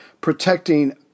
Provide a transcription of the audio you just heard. protecting